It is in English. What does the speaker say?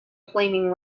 flaming